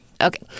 okay